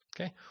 okay